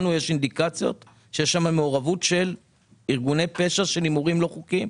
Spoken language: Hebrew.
לנו יש אינדיקציות שיש שם מעורבות של ארגוני פשע בהימורים לא חוקיים.